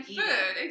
food